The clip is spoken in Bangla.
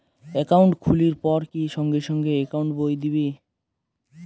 একাউন্ট খুলির পর কি সঙ্গে সঙ্গে একাউন্ট বই দিবে?